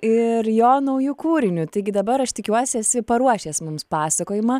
ir jo nauju kūriniu taigi dabar aš tikiuosi esi paruošęs mums pasakojimą